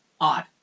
Odd